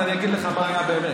אני אגיד לך מה היה באמת.